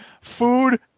food